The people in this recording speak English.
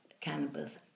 cannabis